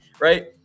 right